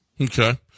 Okay